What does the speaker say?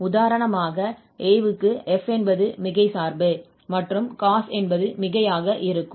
உதாரணமாக A க்கு f என்பது மிகை சார்பு மற்றும் cos என்பது மிகையாக இருக்கும்